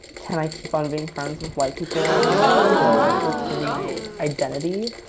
can i keep on being friends with white people and still retain my identity?